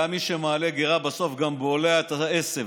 גם מי שמעלה גרה בסוף גם בולע את העשב.